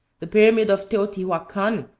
the pyramid of teotihuacan,